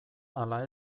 ala